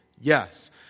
Yes